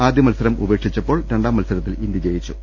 ആദ്യ മത്സരം ഉപേക്ഷിച്ചപ്പോൾ രണ്ടാം മത്സരത്തിൽ ഇന്ത്യ ജയിച്ചു